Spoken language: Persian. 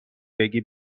بگی